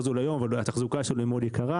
יותר זול היום אבל התחזוקה שלו היא מאוד יקרה.